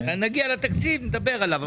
כשנגיע לתקציב נדבר עליו,